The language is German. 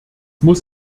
muss